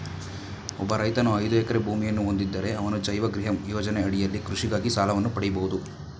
ಒಬ್ಬ ರೈತನು ಐದು ಎಕರೆ ಭೂಮಿಯನ್ನ ಹೊಂದಿದ್ದರೆ ಅವರು ಜೈವ ಗ್ರಿಹಮ್ ಯೋಜನೆ ಅಡಿಯಲ್ಲಿ ಕೃಷಿಗಾಗಿ ಸಾಲವನ್ನು ಪಡಿಬೋದು